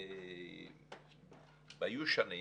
היו שנים,